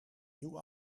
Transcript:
nieuw